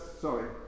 sorry